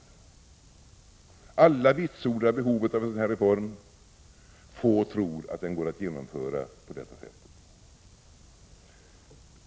Alla vitsordar behovet av en sådan här reform; få tror att den går att genomföra på detta sätt.